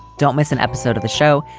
don't miss an episode of the show.